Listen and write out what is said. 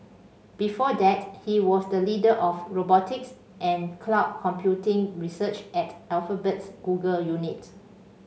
before that he was the leader of robotics and cloud computing research at Alphabet's Google unit